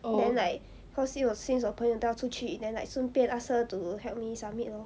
then like cause since since 我朋友都要出去 then like 顺便 ask her to help me submit lor